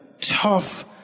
tough